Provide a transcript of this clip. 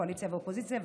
קואליציה ואופוזיציה,